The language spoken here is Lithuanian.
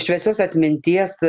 šviesios atminties